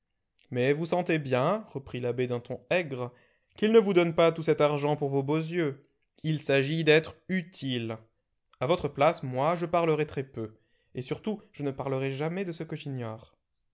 mais vous sentez bien reprit l'abbé d'un ton aigre qu'il ne vous donne pas tout cet argent pour vos beaux yeux il s'agit d'être utile a votre place moi je parlerais très peu et surtout je ne parlerais jamais de ce que j'ignore